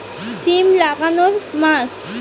সিম লাগানোর মাস?